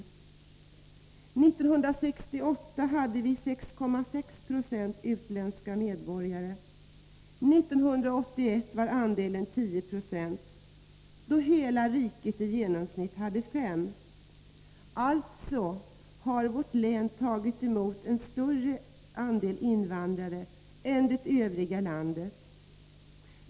År 1968 hade vi 6,6 96 utländska medborgare, 1981 var andelen 10 96, då hela riket i genomsnitt hade 5 20. Alltså har vårt län tagit emot en större andel invandrare än det övriga landet.